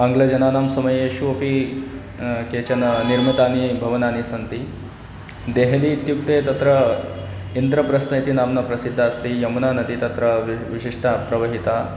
आङ्ग्लजनानां समयेषु अपि केचन निर्मितानि भवनानि सन्ति देहली इत्युक्ते तत्र इन्द्रप्रस्थः इति नाम्ना प्रसिद्धः अस्ति यमुना नदी तत्र विशिष्टा प्रवाहिता